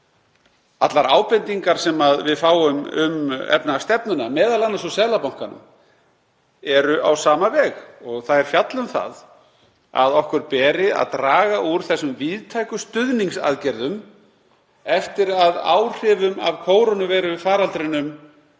Allar ábendingar sem við fáum um efnahagsstefnuna, m.a. úr Seðlabankanum, eru á sama veg og þær fjalla um að okkur beri að draga úr þessum víðtæku stuðningsaðgerðum eftir að áhrifum af kórónuveirufaraldrinum